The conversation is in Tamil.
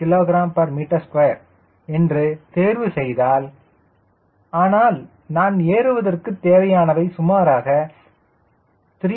6 kgm2 தேர்வு செய்தால் ஆனால் நான் ஏறுவதற்கு தேவையானவை சுமாராக 302